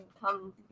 come